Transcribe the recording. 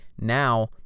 now